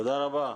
תודה רבה.